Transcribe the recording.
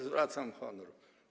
Zwracam honor.